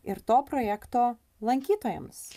ir to projekto lankytojams